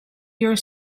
your